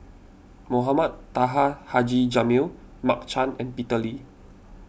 Mohamed Taha Haji Jamil Mark Chan and Peter Lee